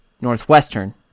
Northwestern